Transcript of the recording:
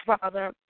father